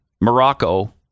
Morocco